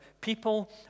people